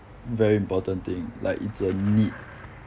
very important thing like it's a need